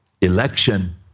election